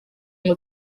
ngo